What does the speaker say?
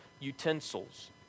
utensils